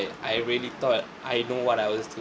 like I really though I know what I was doing